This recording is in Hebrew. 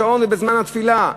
בשעון ובזמן התפילה,